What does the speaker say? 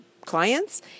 clients